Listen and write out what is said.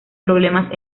problemas